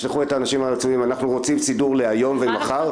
אנחנו רוצים סידור להיום ומחר.